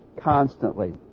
constantly